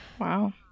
Wow